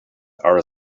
are